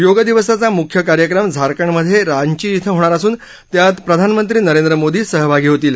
योग दिवसाचा म्ख्य कार्यक्रम झारखंडमध्ये रांची इथं होणार असून त्यात प्रधानमंत्री नरेंद्र मोदी सहभागी होतील